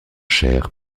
chers